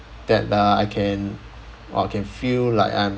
that uh I can I can feel like I'm